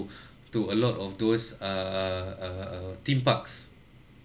to a lot of those err err err theme parks